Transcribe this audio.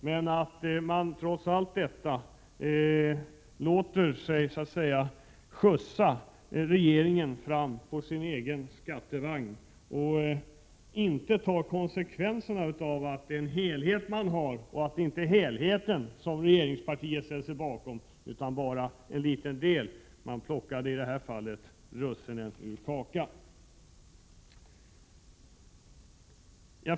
Men trots detta skjutsar folkpartiet regeringen på sin egen skattevagn och tar inte konsekvenserna av att det handlar om en helhet. Det är inte helheten som regeringspartiet ställer sig bakom, utan det är bara en liten del. I detta fall plockade regeringspartiet russinen ur kakan.